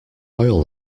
oil